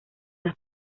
las